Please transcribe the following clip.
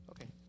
Okay